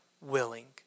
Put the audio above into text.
willing